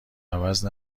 عوض